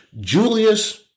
Julius